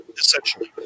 essentially